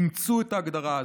אימצו את ההגדרה הזאת.